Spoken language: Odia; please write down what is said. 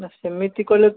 ନା ସେମିତି କହିଲେ